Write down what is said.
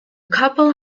couple